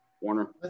Warner